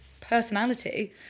personality